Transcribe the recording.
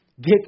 get